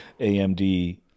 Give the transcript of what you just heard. AMD